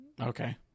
Okay